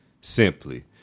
simply